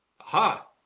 Aha